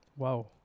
Wow